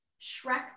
Shrek